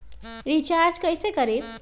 Recharge कैसे करीब?